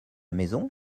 maison